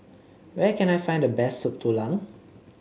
where can I find the best Soup Tulang